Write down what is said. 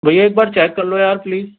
بھیا ایک بار چیک کرلو یار پلیز